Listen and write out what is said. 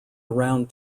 around